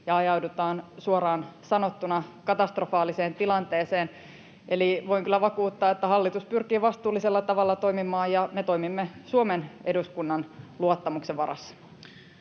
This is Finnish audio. ja ajaudutaan suoraan sanottuna katastrofaaliseen tilanteeseen. Eli voin kyllä vakuuttaa, että hallitus pyrkii vastuullisella tavalla toimimaan ja me toimimme Suomen eduskunnan luottamuksen varassa.